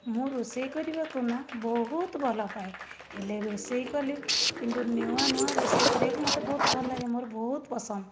ମୁଁ ରୋଷେଇ କରିବାକୁ ନା ବହୁତ ଭଲ ପାଏ ହେଲେ ରୋଷେଇ କଲି କିନ୍ତୁ ନୂଆ ନୂଆ ରୋଷେଇ କରିବାକୁ ମୋତେ ବହୁତ ଭଲ ଲାଗେ ମୋର ବହୁତ ପସନ୍ଦ